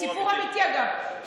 סיפור אמיתי, אגב.